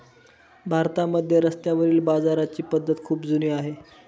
भारतामध्ये रस्त्यावरील बाजाराची पद्धत खूप जुनी आहे